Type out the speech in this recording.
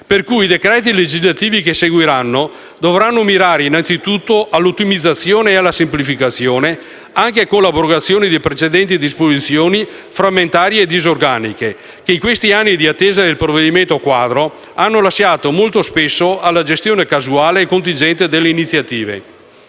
per cui i decreti legislativi che seguiranno dovranno mirare innanzitutto all'ottimizzazione e alla semplificazione, anche con l'abrogazione di precedenti disposizioni frammentarie e disorganiche, che negli anni di attesa del provvedimento quadro hanno lasciato molto spesso spazio alla gestione casuale e contingente delle iniziative.